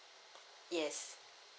yes